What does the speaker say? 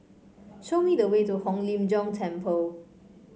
show me the way to Hong Lim Jiong Temple